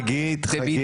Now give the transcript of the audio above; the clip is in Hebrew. חגית.